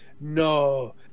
no